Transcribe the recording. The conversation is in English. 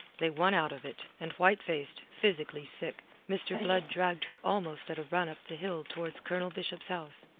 they won out of it, and white-faced, physically sick, mr. blood dragged her almost at a run up the hill towards colonel bishop's house.